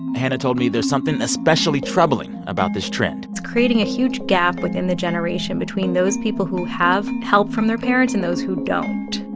hannah told me there's something especially troubling about this trend it's creating a huge gap within the generation between those people who have help from their parents and those who don't.